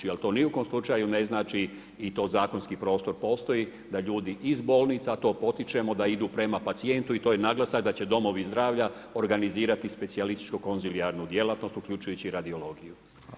to u ni u kom slučaju ne znači i to zakonski prostor postoji da ljudi iz bolnica to potičemo da idu prema pacijentu i to je naglasak da će domovi zdravlja organizirati specijalističku konzilijarnu djelatnost uključujući i radiologiju.